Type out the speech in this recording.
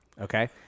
Okay